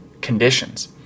conditions